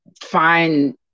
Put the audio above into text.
find